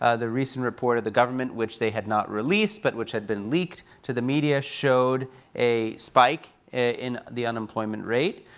ah the recent report of the government, which they had not released but which had been leaked to the media, showed a spike in the unemployment rate.